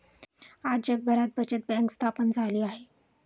आज जगभरात बचत बँक स्थापन झाली आहे